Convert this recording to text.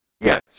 Yes